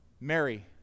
Mary